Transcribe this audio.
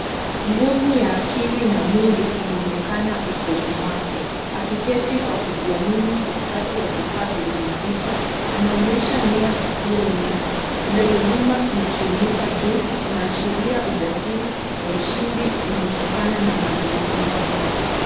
Nguvu ya akili na mwili inaonekana usoni mwake, akiketi kwa kujiamini katikati ya vifaa vyenye uzito anaonyesha nia isiyo yumba, kidole gumba kinachoinuka juu kina ashiria ujasiri na ushindi unaotokana na mazoezi magumu.